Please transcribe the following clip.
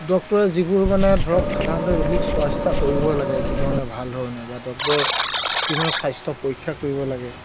ডক্টৰে যিবোৰ মানে ধৰক সাধাৰণতে ৰোগীক চোৱাচিতা কৰিবহে লাগে যিধৰণে ভাল ধৰণে বা ডক্টৰ যিধৰণে স্বাস্থ্যৰ পৰীক্ষা কৰিব লাগে